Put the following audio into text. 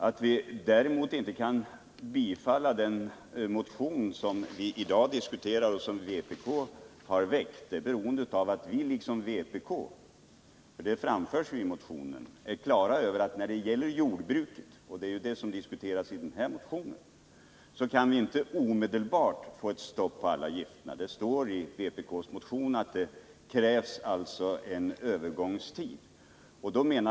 Att vi däremot inte kan tillstyrka den motion som vpk har väckt och som i dag diskuteras beror på att vi liksom vpk — det framförs i motionen — är på det klara med att man när det gäller jordbruket, som nu diskuteras i denna motion, inte omedelbart kan få ett stopp på alla gifter. Det står i vpk:s motion att det krävs en övergångstid.